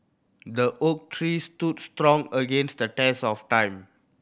the oak tree stood strong against the test of time